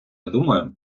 думаю